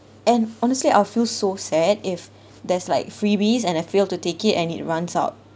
and honestly I'll feel so sad if there's like freebies and I fail to take it and it runs out